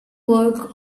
work